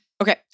Okay